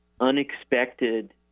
unexpected